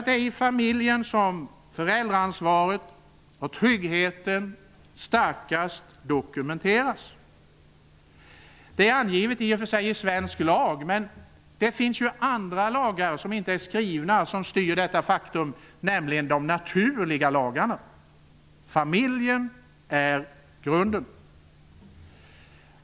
Det är i familjen som föräldraansvaret och tryggheten starkast dokumenteras. Det är i och för sig angivet i svensk lag. Men det finns ju andra lagar som inte är skrivna som styr detta faktum, nämligen de naturliga lagarna. Familjen är grunden.